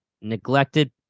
neglected